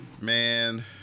Man